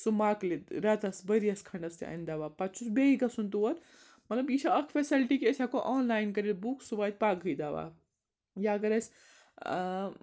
سُہ مۄکلہِ رٮ۪تَس ؤرِیَس کھنٛڈَس تہِ اَنہِ دَوا پَتہٕ چھُس بیٚیہِ گژھُن تور مطلب یہِ چھِ اَکھ فٮ۪سَلٹی کہِ أسۍ ہٮ۪کو آن لاین کٔرِتھ بُک سُہ واتہِ پَگہٕے دَوا یا اگر اَسہِ